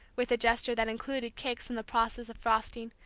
with a gesture that included cakes in the process of frosting,